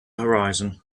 horizon